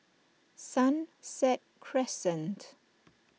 Sunset Crescent